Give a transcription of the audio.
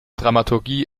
dramaturgie